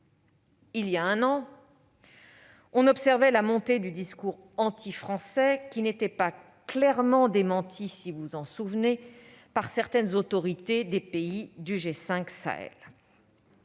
Il y a un an, on observait la montée du discours antifrançais, qui n'était pas clairement démenti, souvenez-vous-en, par certaines autorités des pays du G5 Sahel.